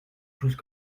chose